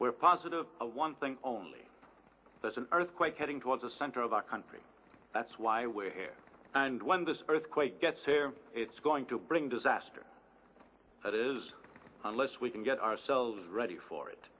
where positive one thing only shows an earthquake heading towards a center of our country that's why we're here and when this earthquake gets here it's going to bring disaster that is unless we can get ourselves ready for it